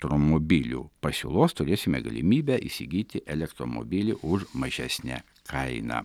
tromobilių pasiūlos turėsime galimybę įsigyti elektromobilį už mažesnę kainą